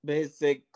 Basic